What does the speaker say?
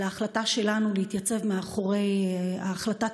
על ההחלטה שלנו להתייצב מאחורי החלטת